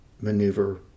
maneuver